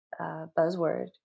buzzword